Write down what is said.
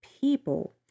people